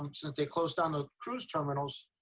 um since they closed on a cruise terminals,